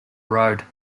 road